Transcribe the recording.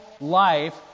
life